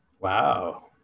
Wow